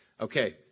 Okay